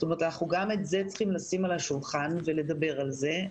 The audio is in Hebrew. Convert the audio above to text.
גם את זה אנחנו צריכים לשים על השולחן ולדבר על זה.